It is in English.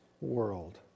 world